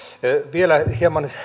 vielä hieman